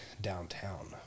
Downtown